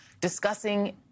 discussing